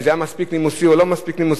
אם זה היה מספיק נימוסי או לא מספיק נימוסי.